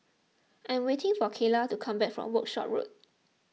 I am waiting for Kyla to come back from Workshop Road